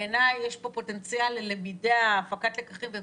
בעיני יש פה פוטנציאל ללמידה והפקת לקחים בין